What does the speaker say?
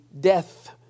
death